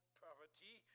poverty